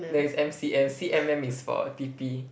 there is M_C_M C_M_M is for P_P